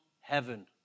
heaven